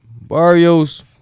Barrios